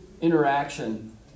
interaction